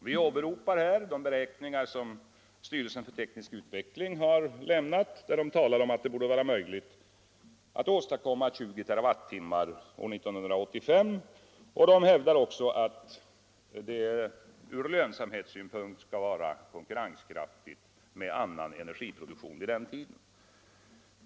Vi åberopar här de beräkningar som styrelsen för teknisk utveckling har lämnat, där man talar om att det borde vara möjligt att åstadkomma 20 TWh år 1985. Styrelsen för teknisk utveckling hävdar också att det ur lönsamhetssynpunkt skall vara konkurrenskraftigt med annan energiproduktion vid den tiden.